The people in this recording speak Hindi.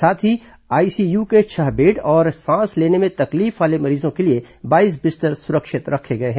साथ ही आईसीयू के छह बेड और सांस लेने में तकलीफ वाले मरीजों के लिए बाईस बिस्तर सुरक्षित रखे गए हैं